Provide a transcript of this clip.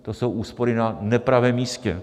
To jsou úspory na nepravém místě.